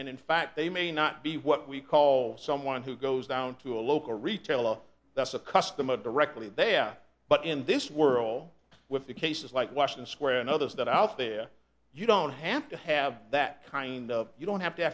and in fact they may not be what we call someone who goes down to a local retailer that's a customer directly they have but in this world with cases like wash and square and others that are out there you don't have to have that kind of you don't have to